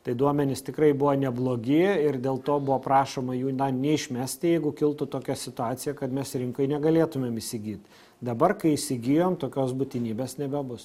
tai duomenys tikrai buvo neblogi ir dėl to buvo prašoma jų neišmesti jeigu kiltų tokia situacija kad mes rinkoj negalėtumėm įsigyt dabar kai įsigijom tokios būtinybės nebebus